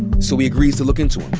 so he agrees to look into him.